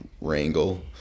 wrangle